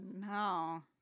no